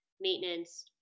maintenance